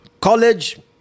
college